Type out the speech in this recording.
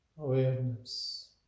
Awareness